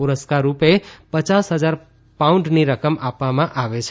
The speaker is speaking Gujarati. પુરસ્કાર રૂપે પયાસ હજાર પાઉન્ડની રકમ આપવામાં આવે છે